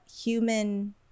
human